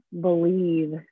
believe